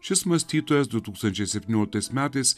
šis mąstytojas du tūkstančiai septynioliktais metais